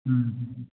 ꯎꯝ